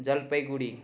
Jalpaiguri